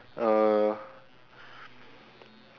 uh